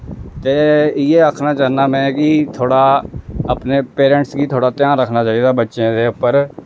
ते इ'यै आक्खना चाह्न्नां में कि थोह्ड़ा अपने पेरैंटस गी थोह्ड़ा ध्यान रक्खना चाहिदा बच्चें दे उप्पर